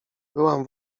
byłam